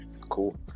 Cool